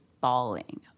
bawling